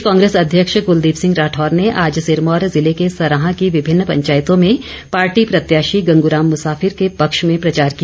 प्रदेश कांग्रेस अध्यक्ष कुलदीप सिंह राठौर ने आज सिरमौर जिले के सराहां की विभिन्न पंचायतों में पार्टी प्रत्याशी गंगू राम मुसाफिर के पक्ष में प्रचार किया